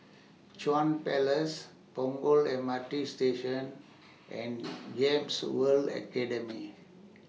Chuan Palace Punggol M R T Station and Gems World Academy